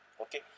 Okay